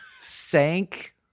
sank